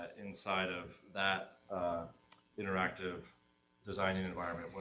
ah inside of that interactive designing environment,